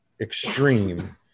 extreme